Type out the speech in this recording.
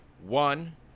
one